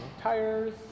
tires